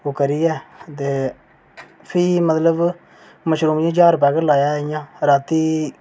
ओह् करियै फ्ही मतलब मशरूम ज्हार पैकेट लाया जि'यां रातीं